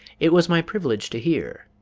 it was my privilege to hear